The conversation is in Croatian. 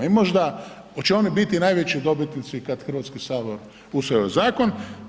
I možda, hoće oni biti najveći dobitnici kad Hrvatski sabor usvoji ovaj zakon.